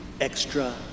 extra